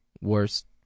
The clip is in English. worst